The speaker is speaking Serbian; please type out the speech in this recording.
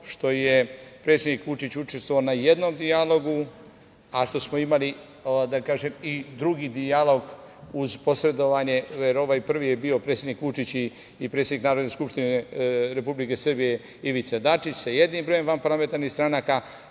što je predsednik Vučić učestvovao na jednom dijalogu, a što smo imali i drugi dijalog uz posredovanje, jer ovaj prvi je bio predsednik Vučić i predsednik Narodne skupštine Republike Srbije Ivica Dačić sa jednim brojem vanparlamentarnih stranaka,